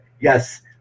Yes